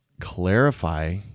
clarify